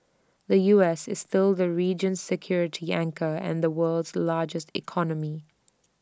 the U S is still the region's security anchor and the world's largest economy